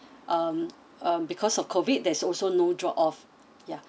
um because of COVID there's also no drop off yeah